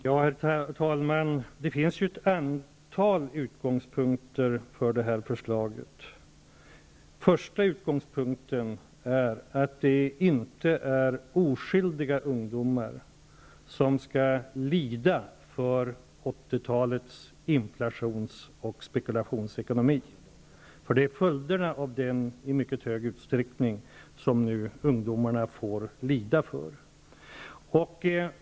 Herr talman! Det finns ju ett antal utgångspunkter beträffande det här förslaget. För det första är en utgångspunkt att oskyldiga ungdomar inte skall behöva lida till följd av 80-ta lets inflations och spekulationsekonomi. Det är följderna av denna som ungdomarna nu i mycket stor utsträckning får lida av.